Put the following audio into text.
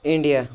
India